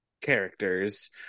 characters